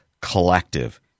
collective